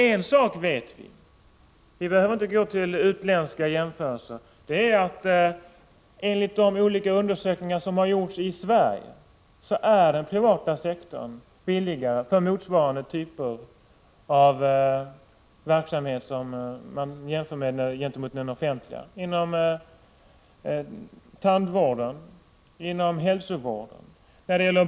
En sak vet vi, och det är att enligt de undersökningar som har gjorts i Sverige — vi behöver inte gå till utländska jämförelser — är verksamhet inom den privata sektorn billigare i jämförelse med motsvarande verksamhet inom den offentliga sektorn — inom tandvården, inom hälsovården osv.